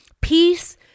Peace